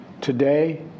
Today